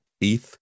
ETH